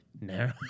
no